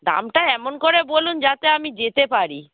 দামটা এমন করে বলুন যাতে আমি যেতে পারি